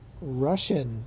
Russian